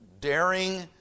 daring